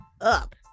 up